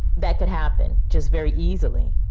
that could happen. just very easily,